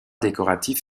décoratifs